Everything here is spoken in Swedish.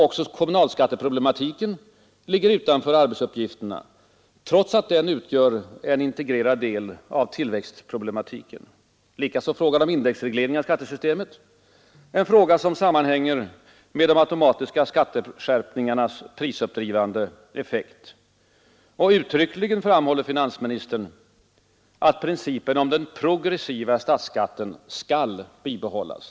Också kommunalskatteproblematiken ligger utanför arbetsuppgifterna, trots att den utgör en integrerad del av tillväxtproblematiken. Detsamma gäller indexregleringen av skattesystemet, en fråga som sammanhänger med de automatiska skatteskärpningarnas prisuppdrivande effekt. Uttryckligen framhåller finansministern att principen om den progressiva statsskatten skall bibehållas.